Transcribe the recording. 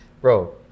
bro